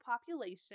population